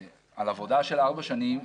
על עבודה של ארבע שנים,